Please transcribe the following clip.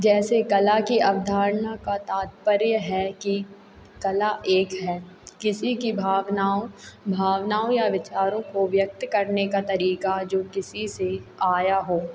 जैसे कला की अवधारणा का तात्पर्य है कि कला एक है किसी की भावनाओं भावनाओं या विचारों को व्यक्त करने का तरीका जो किसी से आया हो